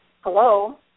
Hello